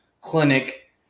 clinic